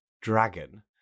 dragon